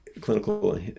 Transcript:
clinical